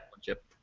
chip